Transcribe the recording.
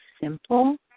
simple